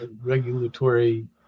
regulatory